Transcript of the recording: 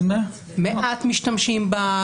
מעט משתמשים בה,